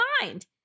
mind